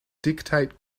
dictate